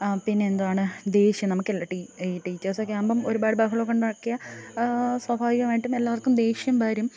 ആ പിന്നെന്തുവാണ് ദേഷ്യം നമുക്കെല് ഈ ടീചർസൊക്കെയാകുമ്പം ഒരുപാട് ബഹളമൊക്കെ ഉണ്ടാക്കിയാൽ സ്വാഭാവികമായിട്ടും എല്ലാവർക്കും ദേഷ്യം വരും